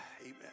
amen